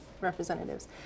representatives